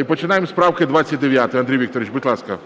і починаємо з правки 29. Андрій Вікторович, будь ласка.